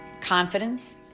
confidence